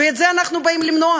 ואת זה אנחנו באים למנוע.